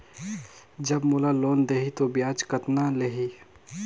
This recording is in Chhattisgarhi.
जब मोला लोन देही तो ब्याज कतना लेही?